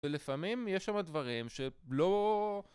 ולפעמים יש שם דברים שלא...